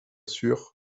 sûr